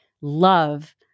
love